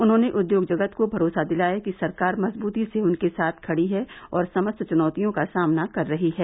उन्होंने उद्योग जगत को भरोसा दिलाया कि सरकार मजबूती से उनके साथ खड़ी है और समस्त चुनौतियों का सामना कर रही है